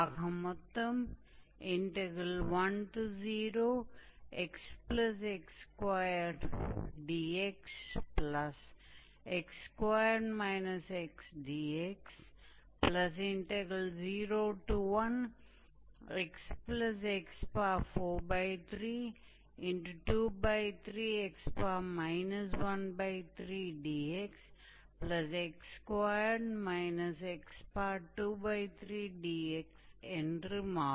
ஆக மொத்தம் 10xx2dxx2 xdx01xx4323x 13dxx2 x23dx என்று மாறும்